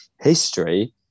history